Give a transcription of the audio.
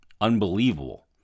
unbelievable